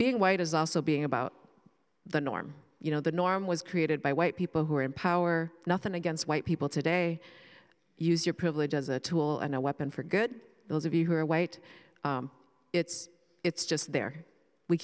being white is also being about the norm you know the norm was created by white people who are in power nothing against white people today use your privilege as a tool and a weapon for good those of you who are white it's it's just there we